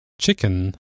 chicken